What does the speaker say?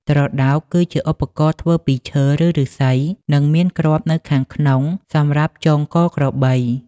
ត្រដោក គឺជាឧបករណ៍ធ្វើពីឈើ ឬឫស្សី និងមានគ្រាប់នៅខាងក្នុងសម្រាប់ចងកក្របី។